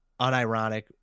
unironic